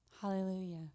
Hallelujah